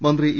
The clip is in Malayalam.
മന്ത്രി ഇ